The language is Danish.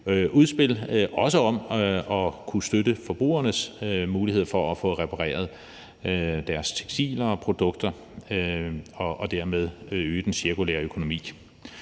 handler også om at kunne støtte forbrugernes mulighed for at få repareret deres tekstiler og produkter og dermed øge den cirkulære økonomi.